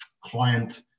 client